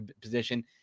position